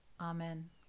Amen